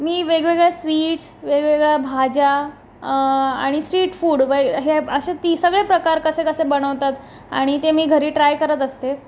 मी वेगवेगळ्या स्वीट्स वेगवेगळ्या भाज्या आणि स्ट्रीट फूड वै हे असे ती सगळे प्रकार कसे कसे बनवतात आणि ते मी घरी ट्राय करत असते